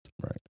right